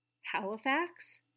Halifax